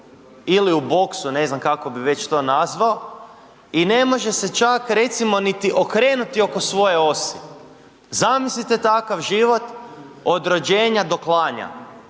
ili u boksu, ne znam kako bi već to nazvao i ne može se čak, recimo niti okrenuti oko svoje osi. Zamislite takav život od rođenja do klanja.